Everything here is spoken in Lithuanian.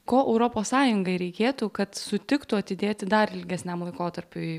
ko europos sąjungai reikėtų kad sutiktų atidėti dar ilgesniam laikotarpiui